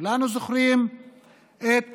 כולנו זוכרים את